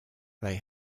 they